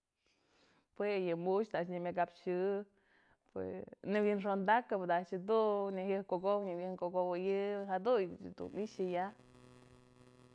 Jue yë mu'uxë da'a a'ax nyamakapxyë jue nëwi'inxondakëp da'a a'ax jedun nyëjëjkukow nyëwi'inkukowëyë jaduntyë dun i'ixë ya'a.